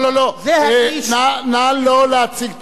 לא, לא, לא, נא לא להציג תמונות.